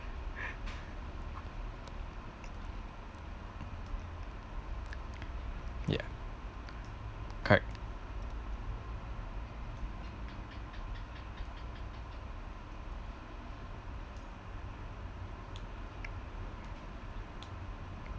ya correct